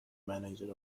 managers